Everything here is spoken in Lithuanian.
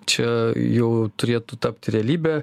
čia jau turėtų tapti realybe